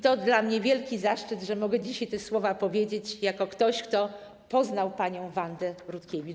To dla mnie wielki zaszczyt, że mogę dzisiaj te słowa powiedzieć jako ktoś, kto poznał panią Wandę Rutkiewicz.